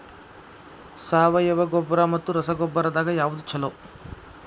ಸಾವಯವ ಗೊಬ್ಬರ ಮತ್ತ ರಸಗೊಬ್ಬರದಾಗ ಯಾವದು ಛಲೋ?